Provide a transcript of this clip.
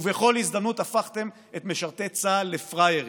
ובכל הזדמנות, הפכתם את משרתי צה"ל לפראיירים.